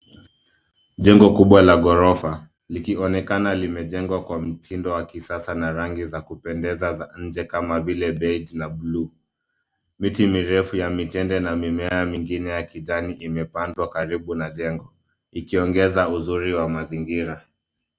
Jengo kubwa la ghorofa likionekana limejengwa kwa mtindo wa kisasa na rangi za kupendeza za nje kama vile beji na bluu. Miti mirefu kama ya mitende na mimea mingine ya kijani imepandwa karibu na jengo ikiongeza uzuri wa mazingira.